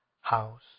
house